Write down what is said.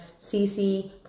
CC